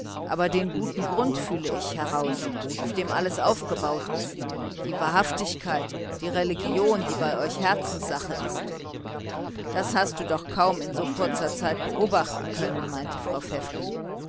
aber den guten grund fühle ich heraus auf dem alles im haus aufgebaut ist die wahrhaftigkeit die religion die bei euch herzenssache ist das hast du doch kaum in so kurzer zeit beobachten können meinte frau